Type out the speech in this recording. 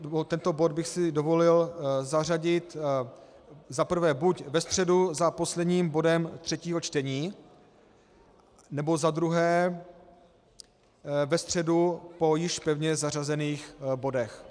Tento bod bych si dovolil zařadit za prvé buď ve středu za posledním bodem třetího čtení, nebo za druhé ve středu po již pevně zařazených bodech.